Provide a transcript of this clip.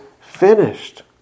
finished